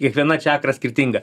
kiekviena čakra skirtinga